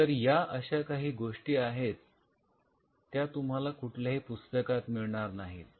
तर या अशा काही गोष्टी आहेत त्या तुम्हाला कुठल्याही पुस्तकात मिळणार नाहीत